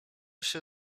się